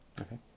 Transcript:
Okay